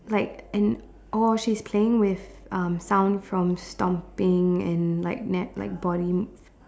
like and or she's playing with um sound from stomping and like na~ like body